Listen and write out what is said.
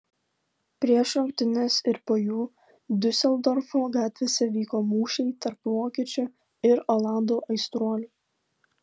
prieš rungtynes ir po jų diuseldorfo gatvėse vyko mūšiai tarp vokiečių ir olandų aistruolių